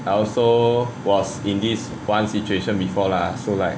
I also was in this one situation before lah so like